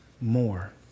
more